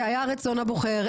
זה היה רצון הבוחר,